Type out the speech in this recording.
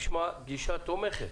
נשמע גישה תומכת.